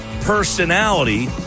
personality